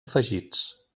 afegits